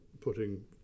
putting